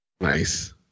Nice